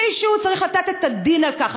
מישהו צריך לתת את הדין על כך.